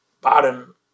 bottom